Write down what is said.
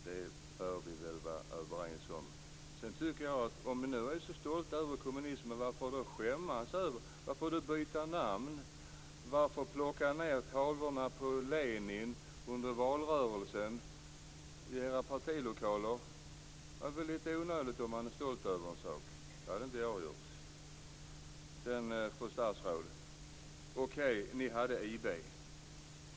Det bör vi väl vara överens om. Sedan tycker jag att om ni nu är stolta över kommunismen - varför då skämmas för den? Varför byta namn? Varför plocka ned tavlorna på Lenin i era partilokaler under valrörelsen? Det är väl litet onödigt om man är stolt över en sak? Så hade inte jag gjort. Sedan, fru statsråd, vill jag säga att okej, ni hade IB.